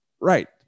Right